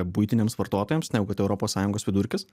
buitiniams vartotojams negu kad europos sąjungos vidurkis